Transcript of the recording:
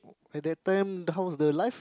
at that time how's the life